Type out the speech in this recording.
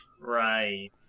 right